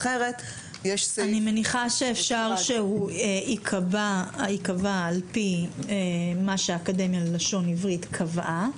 אני מניחה שאפשר שהוא ייקבע על פי מה שהאקדמיה ללשון עברית קבעה,